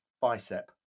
bicep